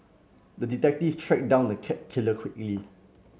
the detective tracked down the cat killer quickly